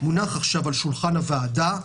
שמונח על שולחן הוועדה,